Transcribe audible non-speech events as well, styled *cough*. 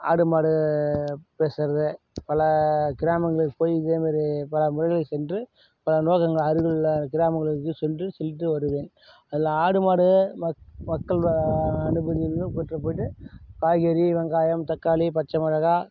ஆடு மாடு பேசுறது பல கிராமங்களுக்கு போய் இதேமாதிரி பலமுறை சென்று *unintelligible* அருகிலுள்ள கிராமங்களுக்கு போய் சென்று சென்று வருவேன் அதில் ஆடு மாடு மக்கள் அனுமதியும் பெற்று போய்ட்டு காய்கறி வெங்காயம் தக்காளி பச்சை மிளகா